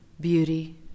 beauty